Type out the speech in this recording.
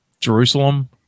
Jerusalem